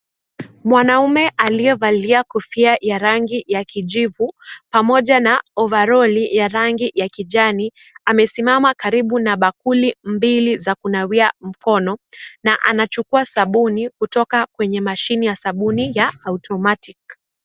Mwanamume aliyavalia kofia ya rangi ya kijivu pamoja na ovaroli ya rangi ya kijani amesimama karibu na bakuli mbili za kunawia mkono na anachukua sabuni kutoka kwenye mashine ya sabuni ya automatic